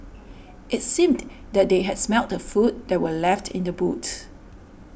it seemed that they had smelt the food that were left in the boots